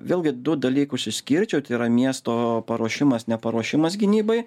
vėlgi du dalykus išskirčiau tai yra miesto paruošimas neparuošimas gynybai